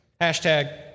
Hashtag